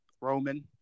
Roman